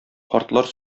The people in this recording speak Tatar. картлар